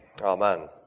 amen